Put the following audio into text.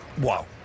Wow